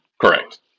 correct